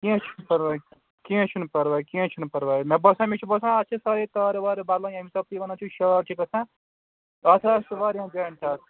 کیٚنہہ چھُنہٕ پرواے کیٚنہہ چھُنہٕ پرواے کیٚنہہ چھُنہٕ پرواے مےٚ باسان مےٚ چھِ باسان اَتھ چھِ سارے تارٕ وارٕ بدلاو ییٚمہِ حِساب تُہۍ وَنان چھُو شاٹ چھِ گژھان اَتھ آسہِ واریاہَن جایَن شاٹ